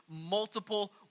multiple